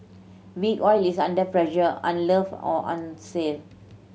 Big Oil is under pressure unloved or on sale